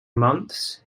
months